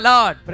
Lord